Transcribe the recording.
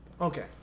Okay